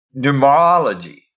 numerology